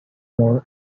more